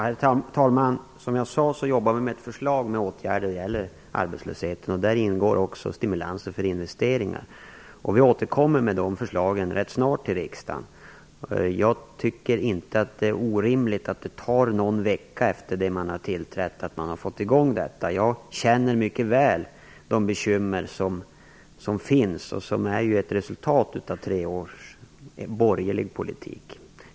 Herr talman! Som jag sade jobbar regeringen med ett förslag om åtgärder vad gäller arbetslösheten. I det ingår också stimulanser för investeringar. Regeringen återkommer rätt snart till riksdagen med det. Jag tycker inte att det är orimligt att det tar någon vecka efter det att man tillträtt tills man fått igång detta. Jag känner mycket väl de bekymmer som finns och som är ett resultat av tre års borgerlig politik.